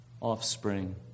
offspring